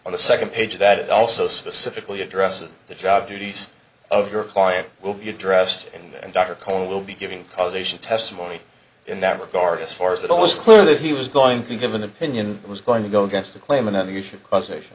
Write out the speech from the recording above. on the second page that also specifically addresses the job duties of your client will be addressed and dr cohen will be giving causation testimony in that regard as far as that all is clear that he was going to give an opinion it was going to go against the claim and then you should causation